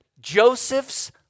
Joseph's